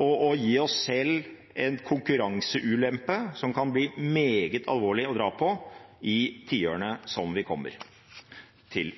og å gi oss selv en konkurranseulempe som kan bli meget alvorlig å dra på i tiårene som vi kommer til.